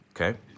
Okay